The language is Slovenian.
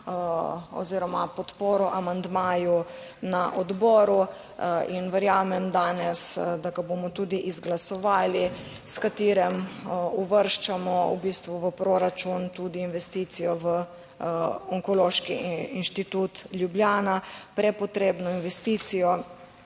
oziroma podporo amandmaju na odboru in verjamem danes, da ga bomo tudi izglasovali, s katerim uvrščamo v bistvu v proračun tudi investicijo v Onkološki inštitut Ljubljana, prepotrebno investicijo.